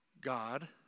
God